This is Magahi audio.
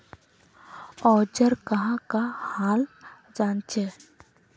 औजार कहाँ का हाल जांचें?